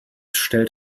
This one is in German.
stellt